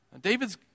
David's